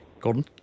Gordon